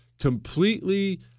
completely